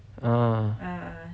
ah